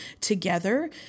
together